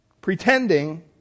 pretending